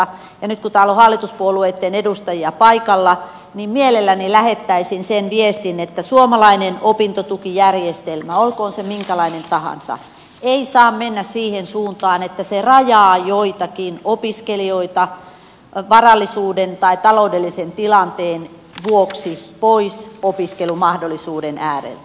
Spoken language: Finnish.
nyt kun täällä on hallituspuolueitten edustajia paikalla niin mielelläni lähettäisin sen viestin että suomalainen opintotukijärjestelmä olkoon se minkälainen tahansa ei saa mennä siihen suuntaan että se rajaa joitakin opiskelijoita varallisuuden tai ta loudellisen tilanteen vuoksi pois opiskelumahdollisuuden ääreltä